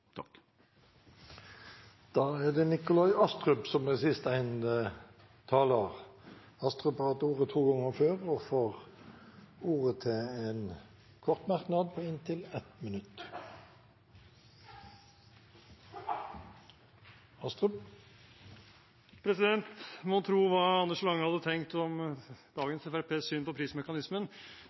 Nikolai Astrup har hatt ordet to ganger og får ordet til en kort merknad, begrenset til 1 minutt. Mon tro hva Anders Lange hadde tenkt om dagens fremskrittspartis syn på